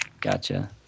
gotcha